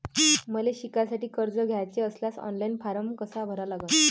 मले शिकासाठी कर्ज घ्याचे असल्यास ऑनलाईन फारम कसा भरा लागन?